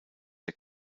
der